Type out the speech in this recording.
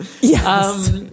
yes